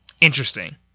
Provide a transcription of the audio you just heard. interesting